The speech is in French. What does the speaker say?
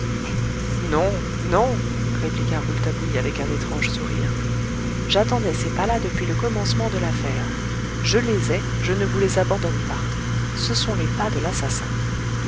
non non répliqua rouletabille avec un étrange sourire j'attendais ces pas là depuis le commencement de l'affaire je les ai je ne vous les abandonne pas ce sont les pas de l'assassin